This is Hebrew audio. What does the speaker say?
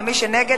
ומי שנגד,